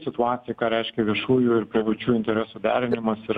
situacija ką reiškia viešųjų ir privačių interesų derinimas ir